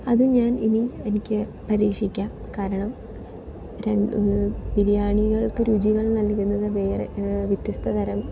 അത് ഞാൻ ഇനി എനിക്ക് പരീക്ഷിക്കാം കാരണം ബിരിയാണികൾക്ക് രുചികൾ നൽകുന്നത് വേറെ വ്യത്യസ്തതരം